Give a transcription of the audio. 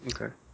Okay